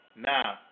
Now